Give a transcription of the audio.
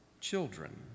children